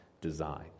design